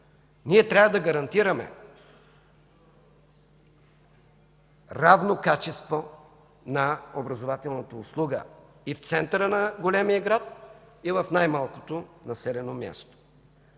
ние трябва да гарантираме равно качество на образователната услуга и в центъра на големия град, и в най малкото населено място.